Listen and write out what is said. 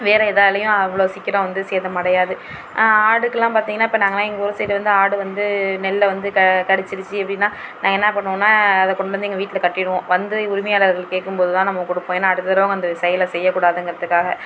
வேறே எதாலேயும் அவ்வளோ சீக்கரம் வந்து சேதமடையாது ஆடுக்குலான் பார்த்திங்கனா இப்போ நாங்களாம் எங்கூர் சைடு வந்து ஆடு வந்து நெல்லை வந்து க கடிச்சிருச்சு அப்படின்னா நாங்கள் என்ன பண்ணுவோனால் அதை கொண்டு வந்து எங்கள் வீட்டில் கட்டிடுவோம் வந்து உரிமையாளர்கள் கேட்கும் போது தான் நம்ம கொடுப்போம் ஏன்னா அடுத்த தடவை அந்த செயலை செய்ய கூடாதுங்கிறத்துக்காக